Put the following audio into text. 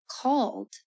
called